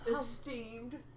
esteemed